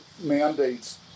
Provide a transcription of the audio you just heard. mandates